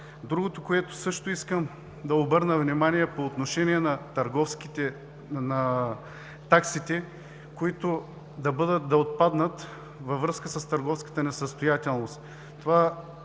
Другото, на което също искам да обърна внимание по отношение на таксите, които да отпаднат във връзка с търговската несъстоятелност.